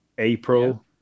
April